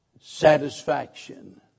Satisfaction